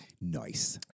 Nice